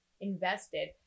invested